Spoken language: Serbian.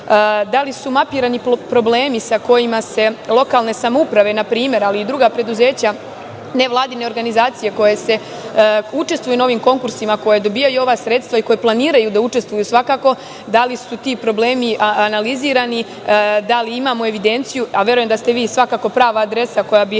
li su mapirani problemi sa kojima se lokalne samouprave, na primer, ali i druga preduzeća, nevladine organizacije koje učestvuju na ovim konkursima, koje dobijaju ova sredstva i koja planiraju da učestvuju svakako, da li su ti problemi analizirani? Da li imamo evidenciju? Verujem da ste vi svakako prava adresa na koju bi